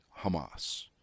Hamas